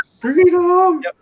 Freedom